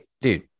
dude